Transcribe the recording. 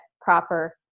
proper